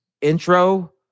intro